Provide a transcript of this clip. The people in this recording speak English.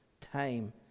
time